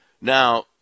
now